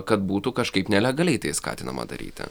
kad būtų kažkaip nelegaliai tai skatinama daryti